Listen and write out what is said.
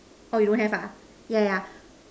oh you don't have ah yeah yeah